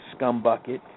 scumbucket